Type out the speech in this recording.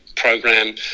Program